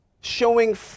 showing